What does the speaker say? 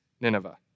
Nineveh